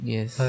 Yes